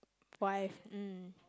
wife mm